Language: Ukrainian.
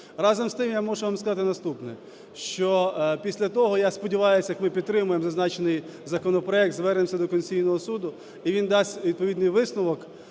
Разом з тим, я мушу вам сказати наступне, що після того, я сподіваюся, як ми підтримуємо зазначений законопроект, звернемося до Конституційного Суду, і він дасть відповідний висновок,